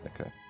Okay